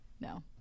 No